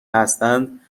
هستند